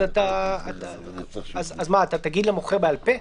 האם תגיד למוכר בעל פה?